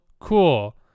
Cool